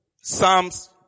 Psalms